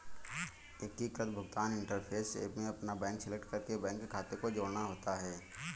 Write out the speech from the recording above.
एकीकृत भुगतान interface app में अपना बैंक सेलेक्ट करके बैंक खाते को जोड़ना होता है